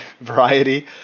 variety